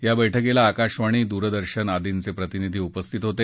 या बैठकीला आकाशवाणी दूरदर्शन आदींचे प्रतिनिधी उपस्थित होते